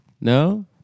No